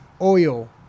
oil